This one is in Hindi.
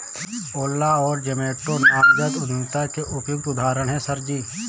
ओला और जोमैटो नवजात उद्यमिता के उपयुक्त उदाहरण है सर जी